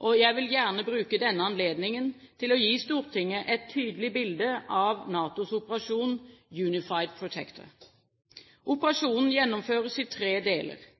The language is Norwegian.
og jeg vil gjerne bruke denne anledningen til å gi Stortinget et tydelig bilde av NATOs operasjon Unified Protector. Operasjonen gjennomføres i tre deler: